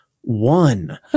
one